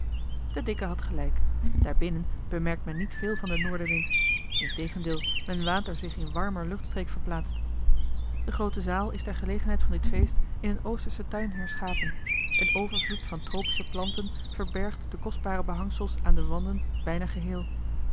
de dikke had gelijk daar binnen bemerkt men niet veel van den noordenwind integendeel men waant er zich in warmer luchtstreek verplaatst de groote zaal is ter gelegenheid van dit feest in een oosterschen tuin herschapen een overvloed van tropische planten verbergt de kostbare behangsels aan de wanden bijna geheel